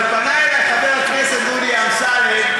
אבל פנה אלי חבר הכנסת דודי אמסלם,